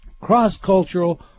cross-cultural